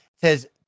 says